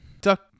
Duck